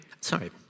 sorry